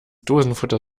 dosenfutter